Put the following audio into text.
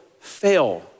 fail